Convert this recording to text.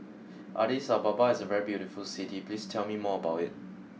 Addis Ababa is a very beautiful city please tell me more about it